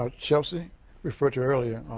um chelsea referred to earlier,